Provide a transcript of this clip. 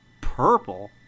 purple